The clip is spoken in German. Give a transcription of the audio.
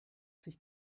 sich